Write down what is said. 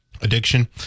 addiction